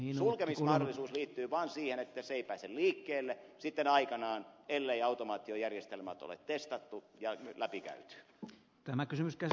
sulkemismahdollisuus liittyy vaan siihen että se ei pääse liikkeelle sitten aikanaan ellei automaatiojärjestelmiä ole testattu ja nyt läpikäynyt nyt tämä kysymys läpikäyty